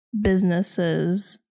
businesses